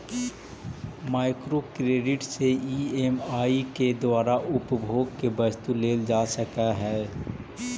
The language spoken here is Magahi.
माइक्रो क्रेडिट से ई.एम.आई के द्वारा उपभोग के वस्तु लेल जा सकऽ हई